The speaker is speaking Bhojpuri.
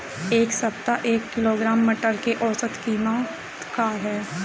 एक सप्ताह एक किलोग्राम मटर के औसत कीमत का ह?